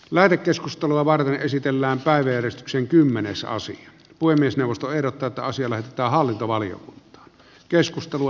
lähetekeskustelua varten esitellään päiväjärjestyksen kymmenessä osin puhemiesneuvosto ehdottaattaa syömään ja arvoisa puhemies